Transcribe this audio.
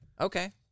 Okay